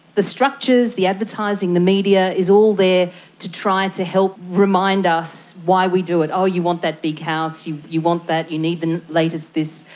the structures, the advertising, the media is all there to try to help remind us why we do it oh, you want that big house, you you want that, you need the latest thing.